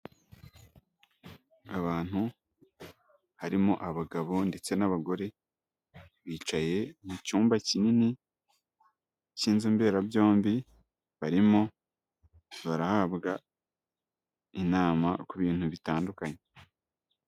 Abantu harimo abagabo ndetse n'abagore bicaye mu cyumba kinini cy'inzu mberabyombi barimo barahabwa inama ku bintu bitandukanye.